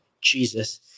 Jesus